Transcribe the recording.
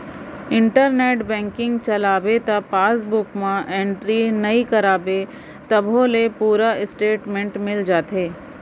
internet banking चलाबे त passbook म एंटरी नइ कराबे तभो ले पूरा इस्टेटमेंट मिल जाथे